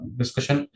discussion